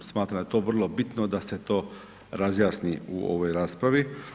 Smatram da je to vrlo bitno da se to razjasni u ovoj raspravi.